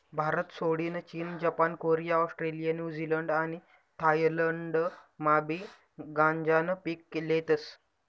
भारतसोडीन चीन, Japan, Korea, Australia, New Zealand आणि थायलंडमाबी गांजानं पीक लेतस